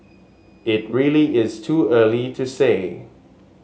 it really is too early to say